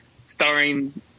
Starring